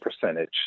percentage